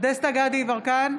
דסטה גדי יברקן,